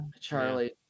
charlie